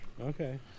Okay